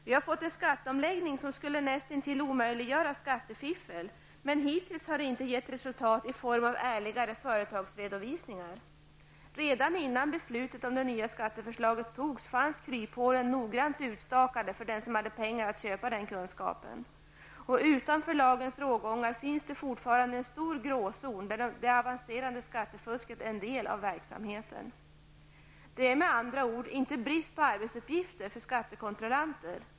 Vi har fått en skatteomläggning som nästintill skulle omöjliggöra skattefiffel. Hittills har det emellertid inte gett resultat i form av ärligare företagsredovisningar. Redan innan beslutet om det nya skatteförslaget fattades fanns kryphålen noggrant utstakade för den som hade pengar att köpa den kunskapen. Utanför lagens rågångar finns fortfarande en stor gråzon, där det avancerade skattefusket är en del av verksamheten. Det är med andra ord inte brist på arbetsuppgifter för skattekontrollanter.